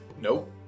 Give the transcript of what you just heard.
Nope